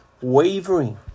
wavering